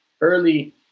early